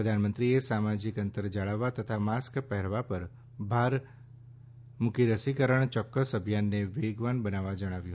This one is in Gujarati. પ્રધાનમંત્રીએ સામાજીક અંતર જાળવવા તથા માસ્ક પહેરવા પર ભાર રસીકરણ મૂકતા અભિયાનને વેગવાન બનાવવા જણાવ્યું